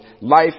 life